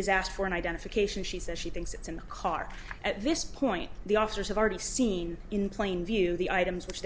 is asked for an identification she says she thinks it's in the car at this point the officers have already seen in plain view the items which